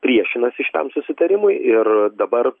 priešinasi šitam susitarimui ir dabar